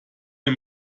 mir